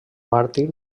màrtir